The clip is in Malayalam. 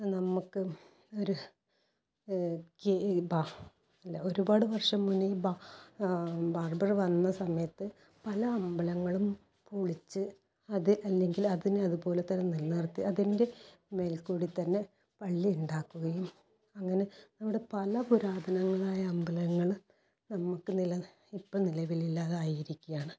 നമുക്ക് ഒരു ബാ ഒരു ഒരുപാട് വർഷം മുന്നേ ബാ ബാർബർ വന്ന സമയത്ത് പല അമ്പലങ്ങളും പൊളിച്ച് അത് അല്ലെങ്കിൽ അതിന് അതുപോലെ തന്നെ നിലനിർത്തി അതിൻ്റെ മേൽക്കൂടി തന്നെ പള്ളി ഉണ്ടാക്കുകയും അങ്ങനെ അവിടെ പല പുരാതനങ്ങളായ അമ്പലങ്ങളും നമുക്ക് നില ഇപ്പോൾ നിലവില്ലാതായിരിക്കയാണ്